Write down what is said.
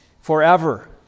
forever